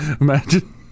Imagine